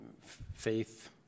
faith